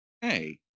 Hey